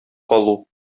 калу